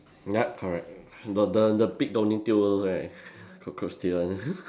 ya correct got the the pig tail also right cockroach tail one